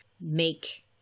make